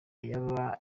yaba